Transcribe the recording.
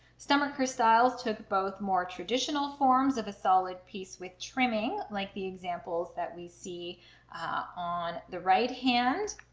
stomacher styles took both more traditional forms of a solid piece with trimming, like the examples that we see on the right hand,